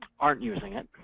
aren't using it.